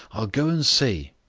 i'll go and see.